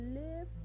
live